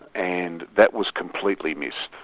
and that was completely missed.